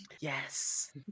Yes